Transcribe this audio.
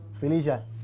Felicia